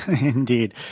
Indeed